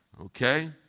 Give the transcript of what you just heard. okay